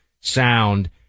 sound